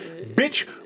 Bitch